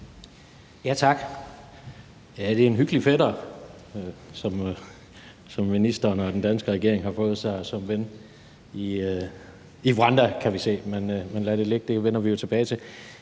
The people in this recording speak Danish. Tak. Ja, det er en hyggelig fætter, ministeren og den danske regering har fået sig som ven i Rwanda, kan vi se – men lad det ligge, det vender vi jo tilbage til.